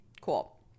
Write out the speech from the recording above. Cool